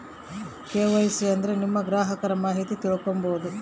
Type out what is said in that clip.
KYC ಅಂದ್ರೆ ನಿಮ್ಮ ಗ್ರಾಹಕರ ಮಾಹಿತಿ ತಿಳ್ಕೊಮ್ಬೋದು